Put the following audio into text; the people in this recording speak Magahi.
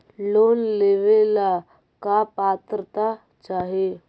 लोन लेवेला का पात्रता चाही?